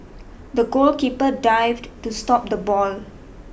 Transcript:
the goalkeeper dived to stop the ball